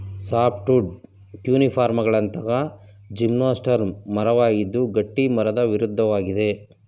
softwood ಕೋನಿಫರ್ಗಳಂತಹ gymnosperm ಮರವಾಗಿದ್ದು ಗಟ್ಟಿಮರದ ವಿರುದ್ಧವಾಗಿದೆ